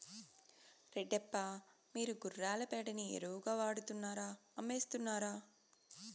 రెడ్డప్ప, మీరు గుర్రాల పేడని ఎరువుగా వాడుతున్నారా అమ్మేస్తున్నారా